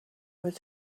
was